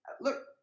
look